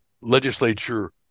legislature